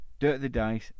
dirtthedice